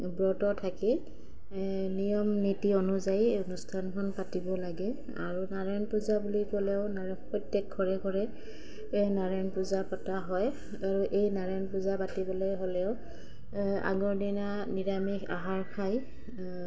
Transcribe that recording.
ব্ৰতত থাকি নিয়ম নীতি অনুযায়ী অনুষ্ঠানখন পাতিব লাগে আৰু নাৰায়ণ পূজা বুলি ক'লেও প্ৰত্যেক ঘৰে ঘৰে নাৰায়ণ পূজা পতা হয় আৰু এই নাৰায়ণ পূজা পাতিবলে হ'লেও আগৰ দিনা নিৰামিষ আহাৰ খাই